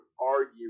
argue